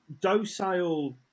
docile